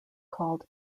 called